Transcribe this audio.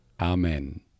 Amen